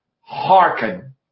hearken